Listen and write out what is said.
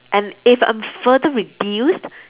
and if I'm further reduced